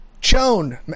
Chone